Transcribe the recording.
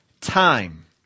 time